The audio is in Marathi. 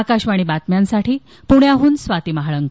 आकाशवाणी बातम्यांसाठी पुण्याहून स्वाती महाळंक